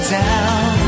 down